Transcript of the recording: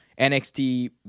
NXT